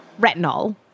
Retinol